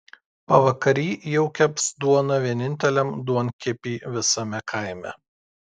pavakary jau keps duoną vieninteliam duonkepy visame kaime